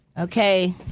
Okay